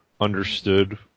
understood